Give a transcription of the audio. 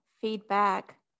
feedback